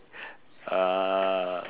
uh